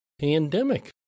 pandemic